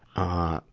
ah,